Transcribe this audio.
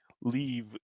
leave